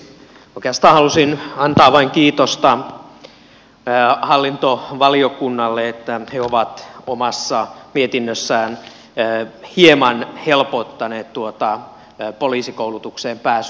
oikeastaan halusin vain antaa kiitosta hallintovaliokunnalle että he ovat omassa mietinnössään hieman helpottaneet tuota poliisikoulutukseen pääsyä